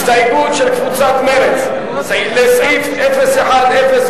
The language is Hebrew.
הסתייגות של קבוצת מרצ לסעיף 010107,